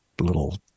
little